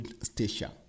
station